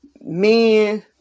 Men